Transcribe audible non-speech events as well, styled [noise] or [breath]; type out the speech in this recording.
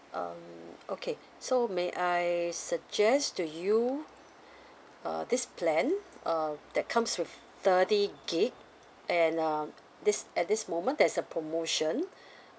um okay so may I suggest to you uh this plan um that comes with thirty gigabyte and um this at this moment there's a promotion [breath]